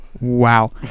Wow